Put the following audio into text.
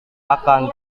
akan